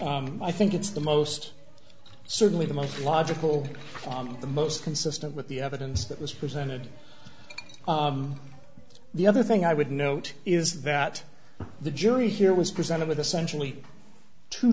i think it's the most certainly the most logical on the most consistent with the evidence that was presented the other thing i would note is that the jury here was presented with essentially two